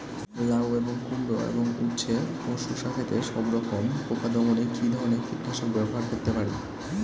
লাউ এবং কুমড়ো এবং উচ্ছে ও শসা ক্ষেতে সবরকম পোকা দমনে কী ধরনের কীটনাশক ব্যবহার করতে পারি?